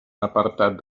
apartat